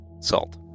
Salt